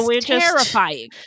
terrifying